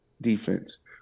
defense